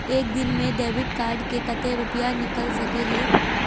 एक दिन में डेबिट कार्ड से कते रुपया निकल सके हिये?